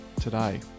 today